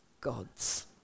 gods